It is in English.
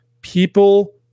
people